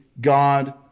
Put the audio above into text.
God